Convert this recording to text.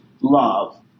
love